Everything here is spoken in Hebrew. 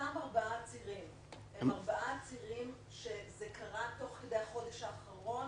לאותם ארבעה עצירים זה קרה בחודש האחרון,